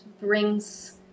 brings